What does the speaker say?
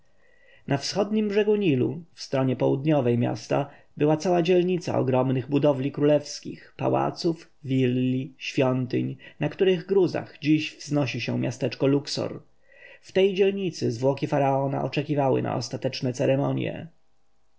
na wschodnim brzegu nilu w stronie południowej miasta była cała dzielnica ogromnych budowli królewskich pałaców willi świątyń na których gruzach dziś wznosi się miasteczko luksor w tej dzielnicy zwłoki faraona oczekiwały na ostateczne ceremonje